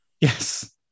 Yes